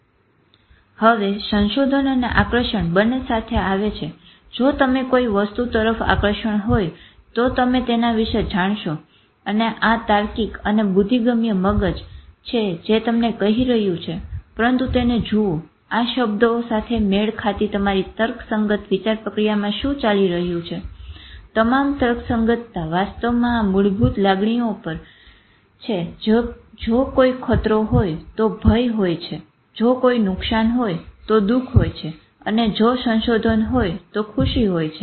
હવે સંશોધન અને આકર્ષણ બંને સાથે આવે છે જો તમે કોઈ વસ્તુ તરફ આકર્ષણ હોય તો તમે તેના વિષે જાણશો આ તાર્કિક અને બુદ્ધિગમ્ય મગજ છે જે તમને કહી રહ્યું છે પરંતુ તેને જુઓ આ શબ્દો સાથે મેળ ખાતી તમારી તર્કસંગત વિચાર પ્રક્રિયામાં શું ચાલી રહ્યું છે તમામ તર્કસંગતતા વાસ્તવમાં આ મૂળભૂત લાગણીઓ પર છે જો કોઈ ખતરો હોય તો ભય છે જો કોઈ નુકશાન હોય તો દુઃખ હોય છે અને જો સંશોધન હોય તો ખુશી હોય છે